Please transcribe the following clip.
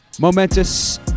Momentous